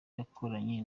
yakoranye